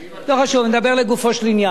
לא חשוב, נדבר לגופו של עניין.